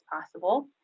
possible